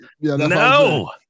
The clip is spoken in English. No